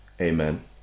Amen